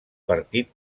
partit